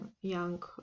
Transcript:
young